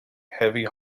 heavy